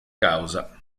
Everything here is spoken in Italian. causa